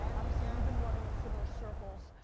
obviously, we've been running in similar circles.